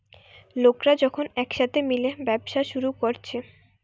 লোকরা যখন একসাথে মিলে ব্যবসা শুরু কোরছে